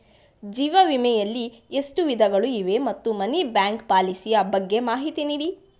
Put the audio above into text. ಜೀವ ವಿಮೆ ಯಲ್ಲಿ ಎಷ್ಟು ವಿಧಗಳು ಇವೆ ಮತ್ತು ಮನಿ ಬ್ಯಾಕ್ ಪಾಲಿಸಿ ಯ ಬಗ್ಗೆ ಮಾಹಿತಿ ನೀಡಿ?